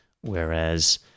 whereas